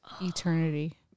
eternity